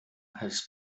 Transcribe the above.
his